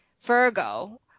virgo